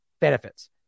benefits